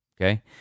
Okay